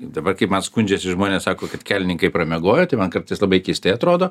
dabar kaip man skundžiasi žmonės sako kad kelininkai pramiegojo tai man kartais labai keistai atrodo